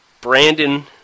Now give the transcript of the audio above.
Brandon